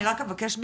אני רק אבקש בקצרה,